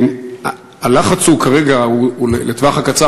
הלחץ כרגע הוא לטווח הקצר,